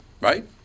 Right